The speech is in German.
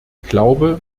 glaube